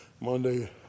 Monday